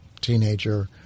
teenager